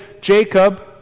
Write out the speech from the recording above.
Jacob